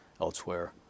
elsewhere